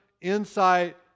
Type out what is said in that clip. insight